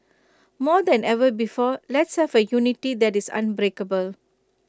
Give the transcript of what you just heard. more than ever before let's have A unity that is unbreakable